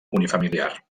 unifamiliar